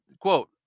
Quote